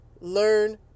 learn